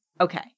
Okay